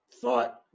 thought